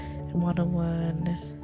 one-on-one